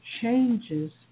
changes